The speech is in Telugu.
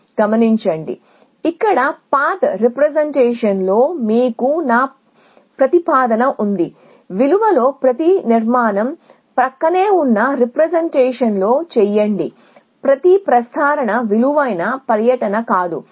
కాబట్టి గమనించండి ఇక్కడ పాత్ రీప్రెజెంటేషన్ లో మీకు నా ప్రతిపాదన ఉంది విలువలో ప్రతి నిర్మాణం ప్రక్కనే ఉన్న రీప్రెజెంటేషన్ లో చేయండి ప్రతి ప్రస్తారణ విలువైన పర్యటన కాదు